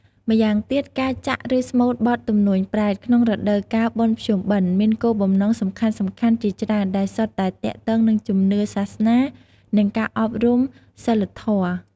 ម្យ៉ាងទៀត ការចាក់ ឬស្មូតបទ ទំនួញប្រេត ក្នុងរដូវកាលបុណ្យភ្ជុំបិណ្ឌ មានគោលបំណងសំខាន់ៗជាច្រើន ដែលសុទ្ធតែទាក់ទងនឹងជំនឿសាសនា និងការអប់រំសីលធម៌។